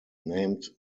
named